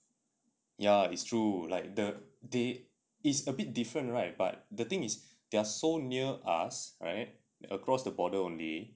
ya it's true like the they is a bit different right but the thing is they are so near us right across the border only